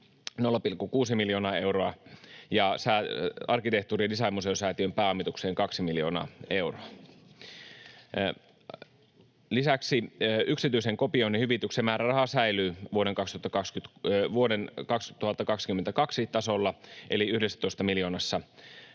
0,6 miljoonaa euroa ja arkkitehtuuri- ja designmuseosäätiön pääomitukseen 2 miljoonaa euroa. Lisäksi yksityisen kopioinnin hyvityksen määräraha säilyy vuoden 2022 tasolla eli 11 miljoonassa